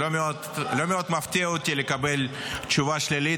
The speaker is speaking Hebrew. לא מאוד מפתיע אותי לקבל תשובה שלילית